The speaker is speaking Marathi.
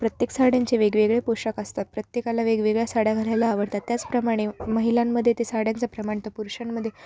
प्रत्येक साड्यांचे वेगवेगळे पोषाख असतात प्रत्येकाला वेगवेगळ्या साड्या घालायला आवडतात त्याचप्रमाणे महिलांमध्ये ते साड्यांचं प्रमाण तर पुरुषांमध्ये